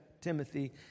Timothy